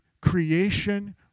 creation